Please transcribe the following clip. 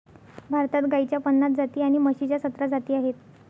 भारतात गाईच्या पन्नास जाती आणि म्हशीच्या सतरा जाती आहेत